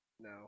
No